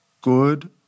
good